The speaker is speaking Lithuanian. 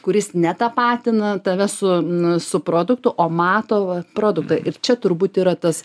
kuris netapatina tave su subproduktu o mato va produktą ir čia turbūt yra tas